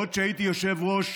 עוד כשהייתי יושב-ראש